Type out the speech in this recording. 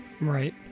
Right